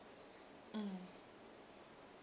mm